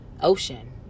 ocean